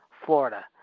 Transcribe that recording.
Florida